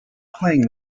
playing